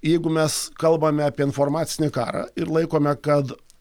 jeigu mes kalbame apie informacinį karą ir laikome kad